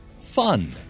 fun